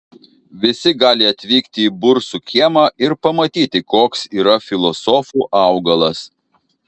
visi gali atvykti į bursų kiemą ir pamatyti koks yra filosofų augalas